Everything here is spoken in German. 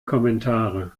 kommentare